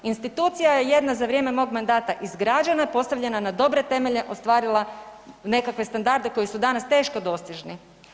Institucija je jedna za vrijeme mog mandata izgrađena i postavljena na dobre temelje ostvarila nekakve standarde koji su danas teško dostižni.